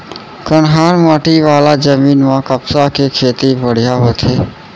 कन्हार माटी वाला जमीन म कपसा के खेती बड़िहा होथे